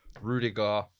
Rudiger